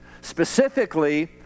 Specifically